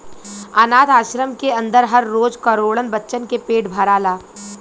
आनाथ आश्रम के अन्दर हर रोज करोड़न बच्चन के पेट भराला